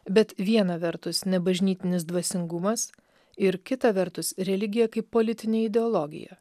bet viena vertus nebažnytinis dvasingumas ir kita vertus religija kaip politinė ideologija